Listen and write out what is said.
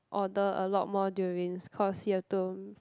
order a lot more durians cause he have to